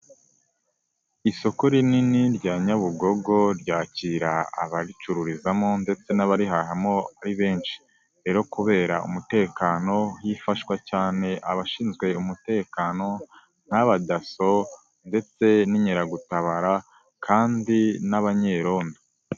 Isoko rinini rya Nyabugogo ,ryakira abaricururizamo ndetse n'abarihahamo ari benshi, rero kubera umutekano, hifashwa cyane abashinzwe umutekano nk'aba DASSO ndetse n'inkeragutabara kandi n'abanyerondo.